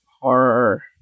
horror